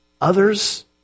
others